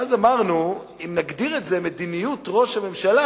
ואז אמרנו: אם נגדיר את זה "מדיניות ראש הממשלה"